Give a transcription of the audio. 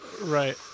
Right